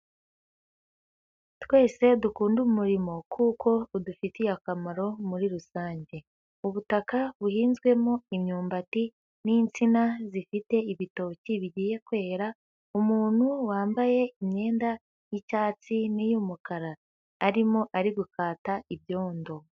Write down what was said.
Twese dukunde umurimo kuko udufitiye akamaro muri rusange, ubutaka buhinzwemo imyumbati n'insina zifite ibitoki bigiye kwera, umuntu wambaye imyenda y'icyatsi n'iy'umukara arimo ari gukata ibyondo.